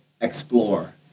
explore